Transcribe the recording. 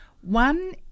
One